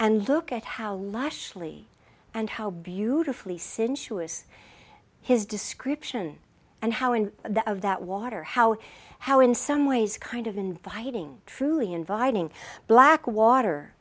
and look at how lashley and how beautifully sensuous his description and how and that of that water how how in some ways kind of inviting truly inviting blackwater